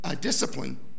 discipline